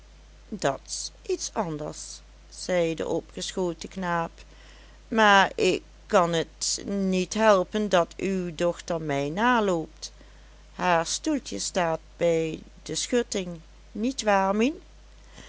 dat's iets anders zei de opgeschoten knaap maar ik kan t niet helpen dat uw dochter mij naloopt haar stoeltje staat bij de schutting niet waar